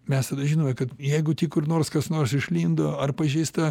mes tada žinome kad jeigu tik kur nors kas nors išlindo ar pažeista